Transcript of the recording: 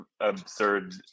absurd